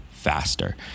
Faster